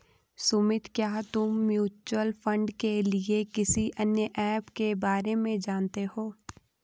सुमित, क्या तुम mutual fund के लिए किसी अन्य ऐप के बारे में जानते हो?